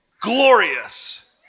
glorious